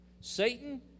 Satan